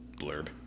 blurb